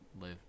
live